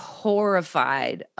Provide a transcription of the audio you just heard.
horrified